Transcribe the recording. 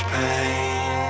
pain